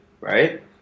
right